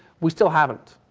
we still haven't.